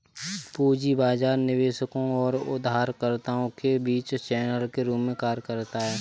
पूंजी बाजार निवेशकों और उधारकर्ताओं के बीच चैनल के रूप में कार्य करता है